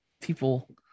people